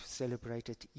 celebrated